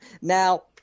now